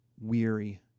weary